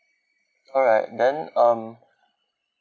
alright then um